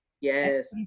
Yes